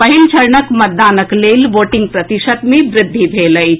पहिल चरणक मतदान लेल वोटिंग प्रतिशत मे वृद्धि भेल अछि